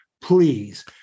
Please